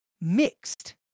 mixed